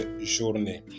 journée